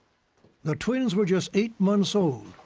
the twins were just eight months old.